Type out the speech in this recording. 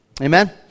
Amen